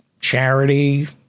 charity